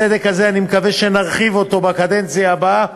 הסדק הזה, אני מקווה שנרחיב אותו בקדנציה הבאה.